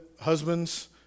husbands